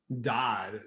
died